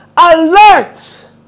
alert